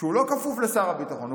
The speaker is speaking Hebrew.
כשהוא לא כפוף לשר הביטחון.